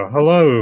Hello